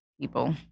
people